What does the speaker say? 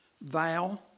vow